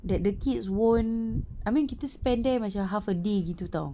that the kids won't I mean kita spend there macam half a day gitu [tau]